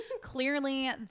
clearly